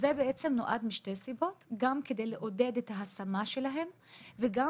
משתי סיבות: גם כדי לעודד את ההשמה שלהם וגם